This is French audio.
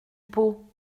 pot